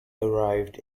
arrived